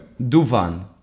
Duvan